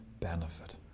benefit